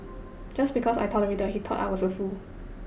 just because I tolerated he thought I was a fool